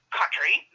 country